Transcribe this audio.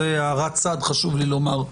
זו הערת צד, חשוב לי לומר.